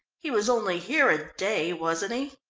he was only here a day, wasn't he?